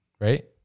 right